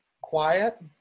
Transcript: quiet